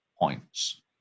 points